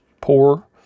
poor